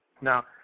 Now